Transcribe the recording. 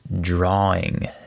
drawing